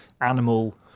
animal